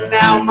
now